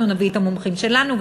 אנחנו נביא את המומחים שלנו,